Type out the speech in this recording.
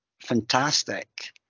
fantastic